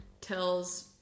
tells